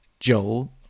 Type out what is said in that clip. Joel